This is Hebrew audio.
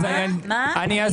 אני אסביר.